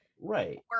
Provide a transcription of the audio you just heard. Right